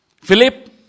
Philip